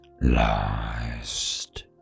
lost